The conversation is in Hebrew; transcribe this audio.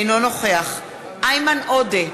אינו נוכח איימן עודה,